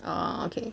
orh okay